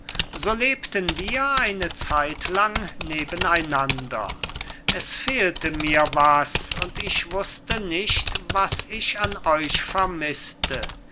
so lebten wir eine zeitlang nebeneinander es fehlte mir was und ich wußte nicht was ich an euch vermißte